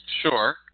Sure